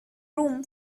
room